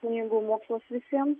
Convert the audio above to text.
knygų mokslas visiems